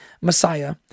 Messiah